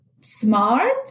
smart